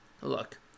Look